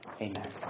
amen